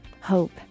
hope